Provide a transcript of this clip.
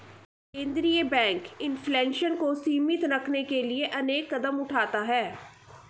केंद्रीय bank inflation को सीमित रखने के लिए अनेक कदम उठाता है